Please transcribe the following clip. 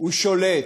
הוא שולט.